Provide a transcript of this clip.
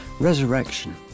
Resurrection